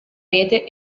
rete